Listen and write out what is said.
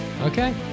Okay